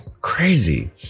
crazy